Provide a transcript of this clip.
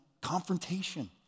confrontation